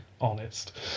Honest